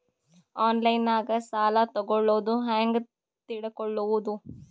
ಆನ್ಲೈನಾಗ ಸಾಲ ತಗೊಳ್ಳೋದು ಹ್ಯಾಂಗ್ ತಿಳಕೊಳ್ಳುವುದು?